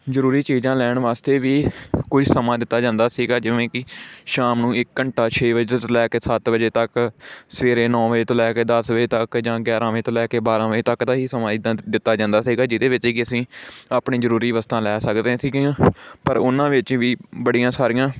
ਜ਼ਰੂਰੀ ਚੀਜ਼ਾਂ ਲੈਣ ਵਾਸਤੇ ਵੀ ਕੁਝ ਸਮਾਂ ਦਿੱਤਾ ਜਾਂਦਾ ਸੀਗਾ ਜਿਵੇਂ ਕਿ ਸ਼ਾਮ ਨੂੰ ਇੱਕ ਘੰਟਾ ਛੇ ਵਜੇ ਤੋਂ ਲੈ ਕੇ ਸੱਤ ਵਜੇ ਤੱਕ ਸਵੇਰੇ ਨੌ ਵਜੇ ਤੋਂ ਲੈ ਕੇ ਦਸ ਵਜੇ ਤੱਕ ਜਾਂ ਗਿਆਰਾਂ ਵਜੇ ਤੋਂ ਲੈ ਕੇ ਬਾਰਾਂ ਵਜੇ ਤੱਕ ਦਾ ਹੀ ਸਮਾਂ ਇੱਦਾਂ ਦ ਦਿੱਤਾ ਜਾਂਦਾ ਸੀਗਾ ਜਿਹਦੇ ਵਿੱਚ ਕਿ ਅਸੀਂ ਆਪਣੀ ਜ਼ਰੂਰੀ ਵਸਤਾਂ ਲੈ ਸਕਦੇ ਸੀਗੇ ਹਾਂ ਪਰ ਉਹਨਾਂ ਵਿੱਚ ਵੀ ਬੜੀਆਂ ਸਾਰੀਆਂ